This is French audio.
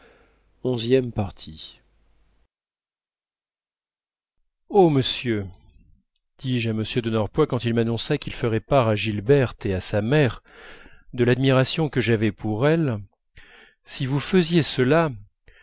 oh monsieur dis-je à m de norpois quand il m'annonça qu'il ferait part à gilberte et à sa mère de l'admiration que j'avais pour elles si vous faisiez cela